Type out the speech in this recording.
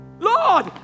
Lord